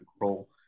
role